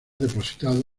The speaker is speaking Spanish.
depositados